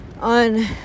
on